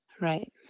Right